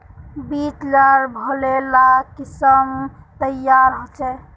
बीज लार भले ला किसम तैयार होछे